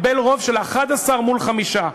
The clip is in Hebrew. קיבל רוב של 11 מול חמישה.